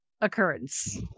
occurrence